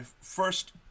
first